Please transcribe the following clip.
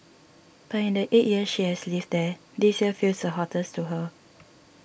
but in the eight years she has lived there this year feels the hottest to her